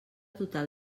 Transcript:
total